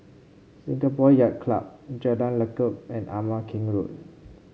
Singapore Yacht Club Jalan Lekub and Ama Keng Road